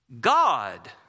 God